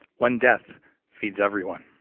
one death feeds everyone.